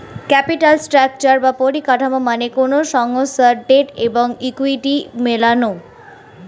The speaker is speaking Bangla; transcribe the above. ক্যাপিটাল স্ট্রাকচার বা পরিকাঠামো মানে কোনো সংস্থার ডেট এবং ইকুইটি মেলানো